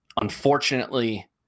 Unfortunately